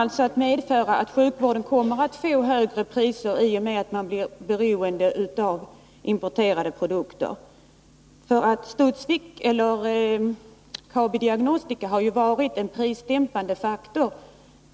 Sjukvården kommer trots det att på sikt få högre kostnader i och med att man blir beroende av importerade produkter, eftersom Kabi Diagnostica här har utgjort en prisdämpande faktor.